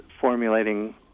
formulating